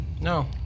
No